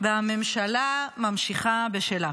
והממשלה ממשיכה בשלה.